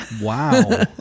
Wow